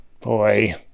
Boy